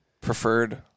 preferred